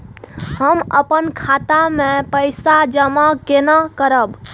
हम अपन खाता मे पैसा जमा केना करब?